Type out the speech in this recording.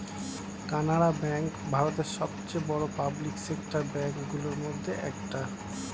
Canara bank ভারতের সবচেয়ে বড় পাবলিক সেক্টর ব্যাঙ্ক গুলোর মধ্যে একটা